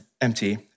empty